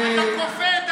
אתה כופה את